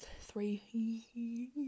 three